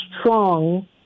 strong